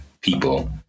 people